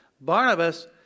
Barnabas